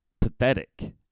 pathetic